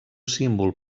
símbol